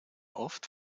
oft